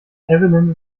evelyn